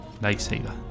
lifesaver